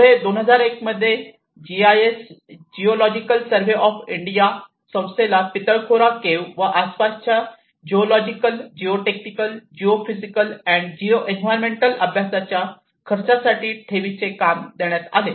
पुढे 2001 मध्ये GSI geological survey of India संस्थेला पिटलखोरा केव्ह व आसपासच्या geological geotechnical geophysical and geoenvironmental अभ्यासाच्या खर्चासाठी ठेवीचे काम देण्यात आले